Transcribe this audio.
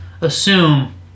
assume